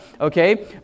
okay